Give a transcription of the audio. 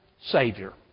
Savior